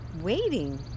waiting